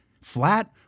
flat